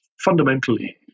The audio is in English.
fundamentally